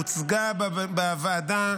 הוצגה בוועדה,